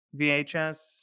VHS